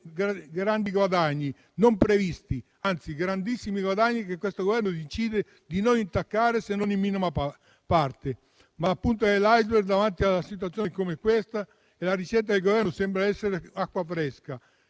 grandi guadagni non previsti, anzi grandissimi guadagni che questo Governo decide di non intaccare, se non in minima parte. Ma la punta dell'*iceberg* è che, a fronte di una situazione come questa, la ricetta del Governo sembra essere acqua fresca